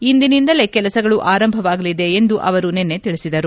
ಇಂದಿನಿಂದಲೇ ಕೆಲಸಗಳು ಆರಂಭವಾಗಲಿವೆ ಎಂದು ಅವರು ತಿಳಿಸಿದರು